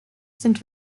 sind